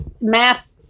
math